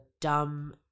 dumb